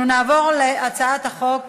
אנו נעבור להצעת חוק